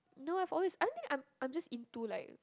no I've always I don't think I'm I'm just into like